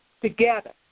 together